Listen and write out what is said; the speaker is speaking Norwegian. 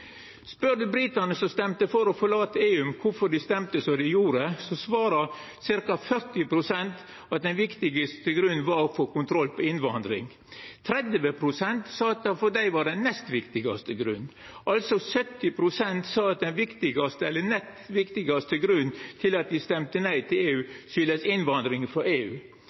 Spør ein britane som røysta for å forlata EU, om kvifor dei røysta som dei gjorde, svarar ca. 40 pst. at den viktigaste grunnen var å få kontroll over innvandringa. 30 pst. sa at for dei var det den nest viktigaste grunnen. 70 pst. sa altså at den viktigaste eller den nest viktigaste grunnen til at dei røysta nei til EU, var innvandringa frå EU.